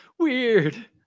Weird